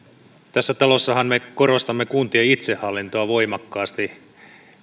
tässä talossahan me korostamme kuntien itsehallintoa voimakkaasti